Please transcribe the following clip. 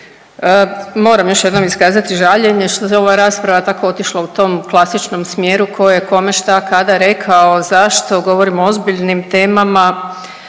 Moram još jednom iskazati žaljenje što je ova rasprava tako otišla u tom klasičnom smjeru ko je kome šta kada rekao zašto, govorimo o ozbiljnim temama,